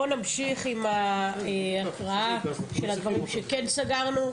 בוא נמשיך עם ההקראה של הדברים שכן סגרנו,